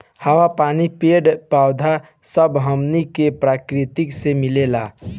हवा, पानी, पेड़ पौधा सब हमनी के प्रकृति से मिलेला